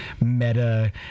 meta